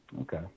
Okay